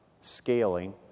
scaling